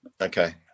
Okay